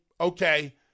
okay